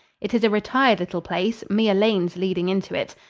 it is a retired little place, mere lanes leading into it.